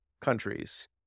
countries